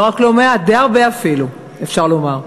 לא מעט, די הרבה אפילו, אפשר לומר,